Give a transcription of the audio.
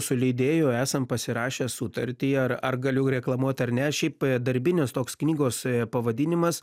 su leidėju esam pasirašę sutartį ar ar galiu reklamuot ar ne šiaip darbinis toks knygos pavadinimas